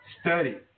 Study